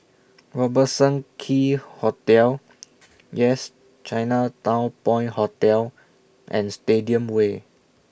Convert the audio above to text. Robertson Quay Hotel Yes Chinatown Point Hotel and Stadium Way